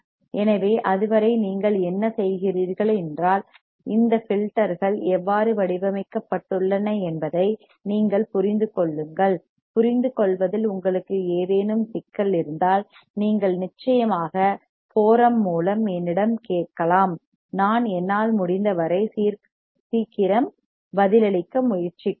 எனவே அதுவரை நீங்கள் என்ன செய்கிறீர்கள் என்றால் இந்த ஃபில்டர்கள் எவ்வாறு வடிவமைக்கப்பட்டுள்ளன என்பதை நீங்கள் புரிந்துகொள்ளுங்கள் புரிந்துகொள்வதில் உங்களுக்கு ஏதேனும் சிக்கல் இருந்தால் நீங்கள் நிச்சயமாக மன்றத்தின் ஃபோரம் forum மூலம் என்னிடம் கேட்கலாம் நான் என்னால் முடிந்தவரை சீக்கிரம் பதிலளிக்க முயற்சிக்கிறேன்